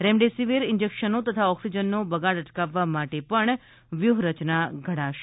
remdesivir ઇન્જેકશનનો તથા ઓક્સીજનો બગાડ અટકાવવા માટે પણ વ્યૂહરચના ઘડાશે